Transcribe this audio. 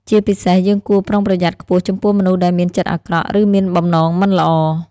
ជាពិសេសយើងគួរប្រុងប្រយ័ត្នខ្ពស់ចំពោះមនុស្សដែលមានចិត្តអាក្រក់ ឬមានបំណងមិនល្អ។